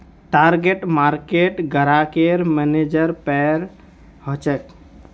target market ग्राहकेर मनेर पर हछेक